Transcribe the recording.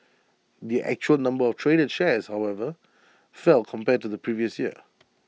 the actual number of traded shares however fell compared to the previous year